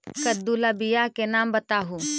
कददु ला बियाह के नाम बताहु?